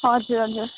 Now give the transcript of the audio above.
हजुर हजुर